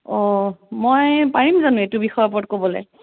অ' মই পাৰিম জানো এইটো বিষয়ৰ ওপৰত ক'বলৈ